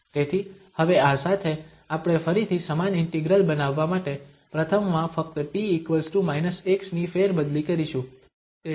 તેથી હવે આ સાથે આપણે ફરીથી સમાન ઇન્ટિગ્રલ બનાવવા માટે પ્રથમમાં ફક્ત t−x ની ફેરબદલી કરીશું